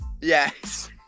Yes